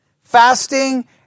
fasting